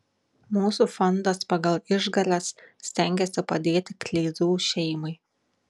mūsų fondas pagal išgales stengiasi padėti kleizų šeimai